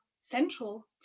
central